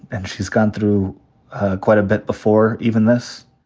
and she's gone through quite a bit before even this.